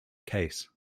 case